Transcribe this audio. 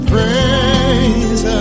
Praise